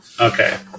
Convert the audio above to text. Okay